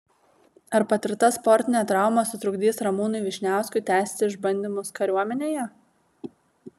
ar patirta sportinė trauma sutrukdys ramūnui vyšniauskui tęsti išbandymus kariuomenėje